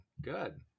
Good